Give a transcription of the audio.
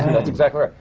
that's exactly right.